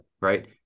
right